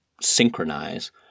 synchronize